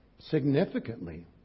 significantly